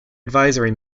advisory